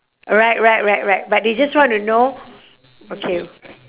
right right right right but they just want to know okay